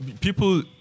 People